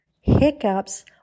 Hiccups